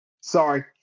Sorry